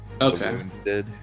Okay